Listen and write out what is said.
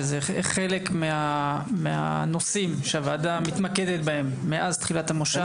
חלק מהנושאים שהוועדה מתמקדת בהם מאז תחילת המושב.